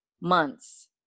months